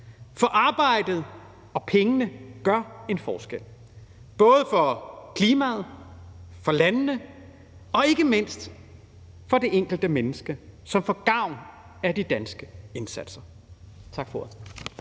for arbejdet og pengene gør en forskel – både for klimaet, for landene og ikke mindst for det enkelte menneske, som får gavn af de danske indsatser. Tak for ordet.